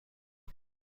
کنم